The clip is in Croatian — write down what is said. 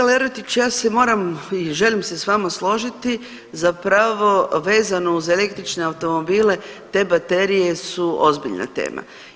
Kolega Lerotić, ja se moram i želim se s vama složiti zapravo vezano uz električne automobile te baterije su ozbiljna tema.